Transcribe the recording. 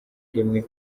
rimwe